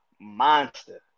Monster